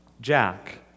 Jack